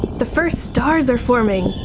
the first stars are forming.